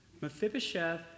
Mephibosheth